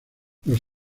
sus